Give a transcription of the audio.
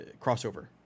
crossover